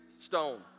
stone